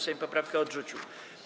Sejm poprawkę odrzucił.